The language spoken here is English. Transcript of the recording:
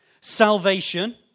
salvation